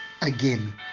again